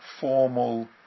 formal